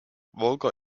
walker